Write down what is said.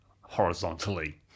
horizontally